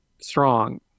strong